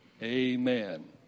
Amen